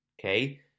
Okay